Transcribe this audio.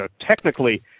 technically